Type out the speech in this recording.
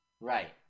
Right